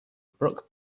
brooke